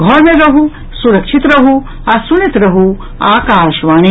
घर मे रहू सुरक्षित रहू आ सुनैत रहू आकाशवाणी